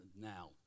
now